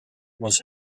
was